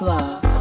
love